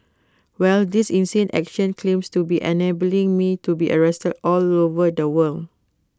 well this insane action claims to be enabling me to be arrested all over the world